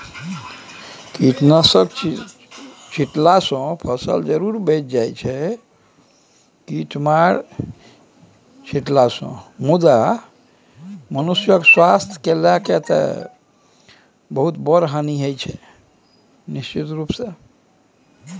फसल जरुर बचि जाइ छै कीरामार छीटलासँ मुदा मनुखक स्वास्थ्य लेल कीरामार हानिकारक होइ छै